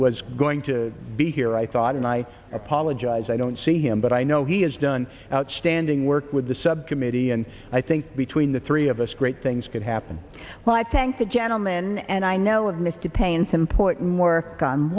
was going to be here i thought and i apologize i don't see him but i know he has done outstanding work with the subcommittee and i think between the three of us great things could happen well i thank the gentleman and i know of mr paine's import more on